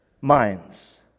minds